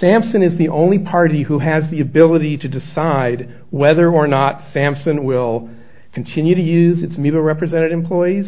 sampson is the only party who has the ability to decide whether or not sampson will continue to use its me to represent employees